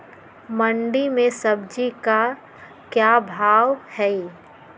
मंडी में सब्जी का क्या भाव हैँ?